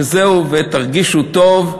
וזהו, ותרגישו טוב,